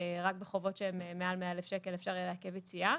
רק בחובות שמעל 100,000 שקלים אפשר יהיה לעכב יציאה.